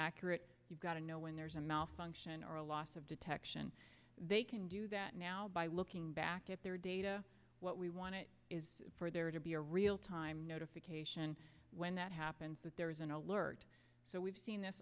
accurate you've got to know when there's a malfunction or a loss of detection they can do that now by looking back at their data what we want is for there to be a real time notification when that happens that there is an alert so we've seen this